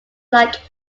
like